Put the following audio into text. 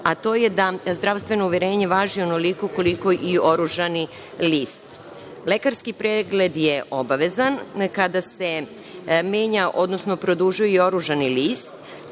a to je da zdravstveno uverenje važi onoliko koliko i oružani list. Lekarski pregled je obavezan kada se menja, odnosno produžuje oružani list.